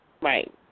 Right